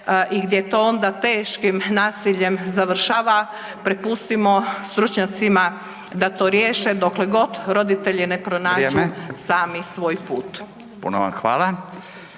i gdje to onda teškim nasiljem završava, prepustimo stručnjacima da to riješe dokle god roditelji ne pronađu sami svoj put.